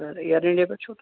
سَر air India پیٚٹھ چھُو